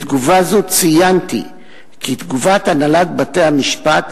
בתגובה זו ציינתי כי תגובת הנהלת בתי-המשפט,